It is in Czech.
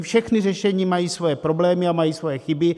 Všechna řešení mají svoje problémy a svoje chyby.